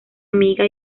amiga